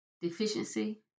deficiency